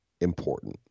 important